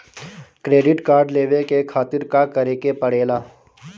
Credit card लेवे के खातिर का करेके पड़ेला?